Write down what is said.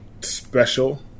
special